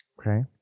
Okay